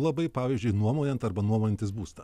labai pavyzdžiui nuomojant arba nuomojantis būstą